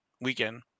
weekend